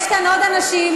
יש כאן עוד אנשים,